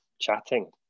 chatting